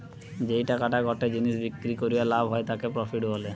যেই টাকাটা গটে জিনিস বিক্রি করিয়া লাভ হয় তাকে প্রফিট বলে